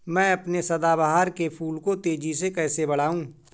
मैं अपने सदाबहार के फूल को तेजी से कैसे बढाऊं?